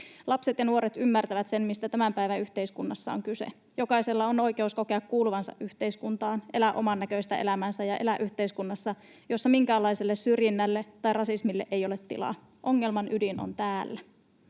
Lapset ja nuoret ymmärtävät sen, mistä tämän päivän yhteiskunnassa on kyse: jokaisella on oikeus kokea kuuluvansa yhteiskuntaan, elää omannäköistä elämäänsä ja elää yhteiskunnassa, jossa minkäänlaiselle syrjinnälle tai rasismille ei ole tilaa. Ongelman ydin on täällä.